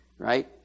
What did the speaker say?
Right